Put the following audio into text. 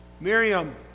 Miriam